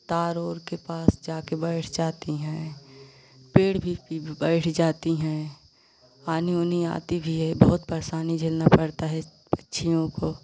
तार ओर के पास जाकर बैठ जाती हैं पेड़ भी पी भी बैठ जाती हैं आनी ओनी आती भी है बहोत परेशानी झेलना पड़ता है इस पक्षियों को